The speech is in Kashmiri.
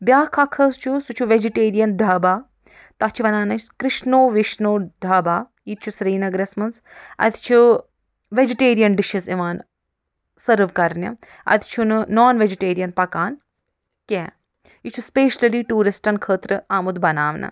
بیٛاکھ اکھ حظ چھُ سُہ چھُ وٮ۪جِٹیریَن ڈھابا تَتھ چھِ وَنان أسۍ کِرٛشنو وِشنو ڈھابا یہِ تہِ چھُ سرینگرس منٛز اتہِ چھُ وٮ۪جٹیریَن ڈِشِز یِوان سٔرٕو کَرنہِ اتہِ چھُ نہٕ نان وٮ۪جِٹیریَن پکان کینٛہہ یہِ چھُ سپیشلی ٹوٗرِسٹَن خٲطرٕ آمُت بناونہٕ